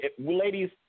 ladies